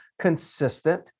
consistent